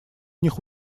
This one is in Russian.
них